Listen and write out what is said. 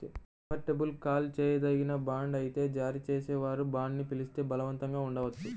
convertible call చేయదగిన bond అయితే జారీ చేసేవారు బాండ్ని పిలిస్తే బలవంతంగా ఉండవచ్చు